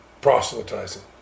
proselytizing